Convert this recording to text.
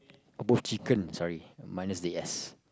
both chicken sorry minus the S